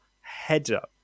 header